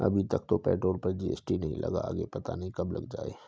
अभी तक तो पेट्रोल पर जी.एस.टी नहीं लगा, आगे पता नहीं कब लग जाएं